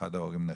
שאחד ההורים נכה,